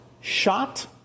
shot